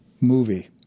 movie